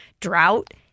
drought